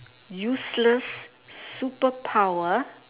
useless superpower